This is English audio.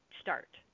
start